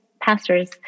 pastors